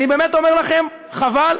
אני באמת אומר לכם, חבל.